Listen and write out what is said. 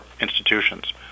institutions